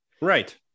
Right